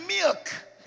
milk